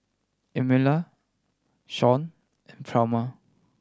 Emelia Shaun Pluma